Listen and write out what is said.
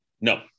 No